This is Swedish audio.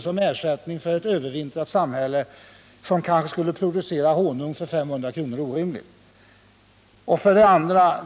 som ersättning för ett övervintrat samhälle, som kanske skulle producera honung för 500 kr., är orimligt.